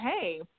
hey